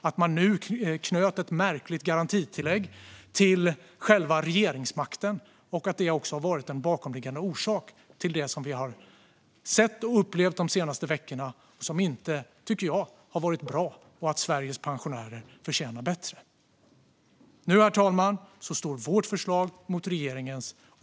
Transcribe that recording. Att man nu knöt ett märkligt garantitillägg till själva regeringsmakten har varit en bakomliggande orsak till det vi har sett och upplevt de senaste veckorna. Det har inte varit bra. Sveriges pensionärer förtjänar bättre. Herr talman! Nu står vårt förslag mot regeringens.